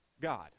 God